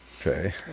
okay